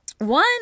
One